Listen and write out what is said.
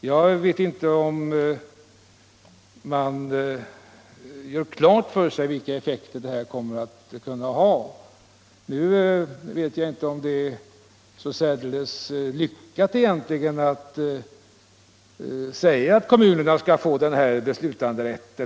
Jag vet inte om man gjort klart för sig vilka effekter det kan komma att få. För min del tror jag inte att det vore särdeles lyckat att kommunerna fick den här vetorätten.